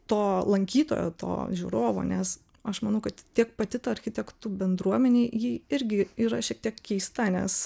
to lankytojo to žiūrovo nes aš manau kad tiek pati ta architektų bendruomenė ji irgi yra šiek tiek keista nes